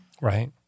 Right